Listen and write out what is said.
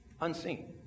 Unseen